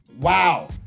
Wow